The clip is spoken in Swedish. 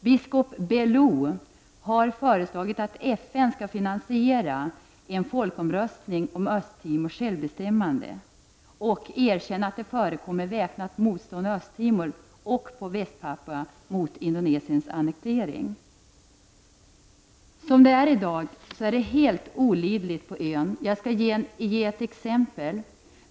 Biskop Belou har föreslagit att FN skall finansiera en folkomröstning om Östra Timors självbestämmande och erkänna att det förekommer väpnat motstånd i Östra Timor och på Västpapua mot Indonesiens annektering. Som det är i dag är det helt olidligt på ön. Jag skall ge ett exempel.